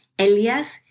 Elias